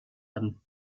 werden